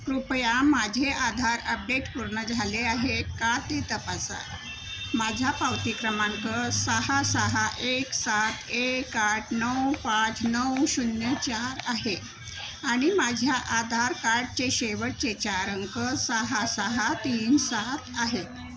कृपया माझे आधार अपडेट पूर्ण झाले आहे का ते तपासा माझ्या पावती क्रमांक सहा सहा एक सात एक आठ नऊ पाच नऊ शून्य चार आहे आणि माझ्या आधार कार्डचे शेवटचे चार अंक सहा सहा तीन सात आहे